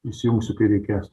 įsijungsiu kai reikės